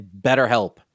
BetterHelp